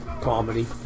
comedy